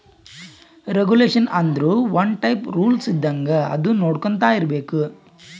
regulation ಆಂದುರ್ ಒಂದ್ type rules ಇದ್ದಂಗ ಅದು ನೊಡ್ಕೊಂತಾ ಇರ್ಬೇಕ್